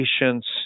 patients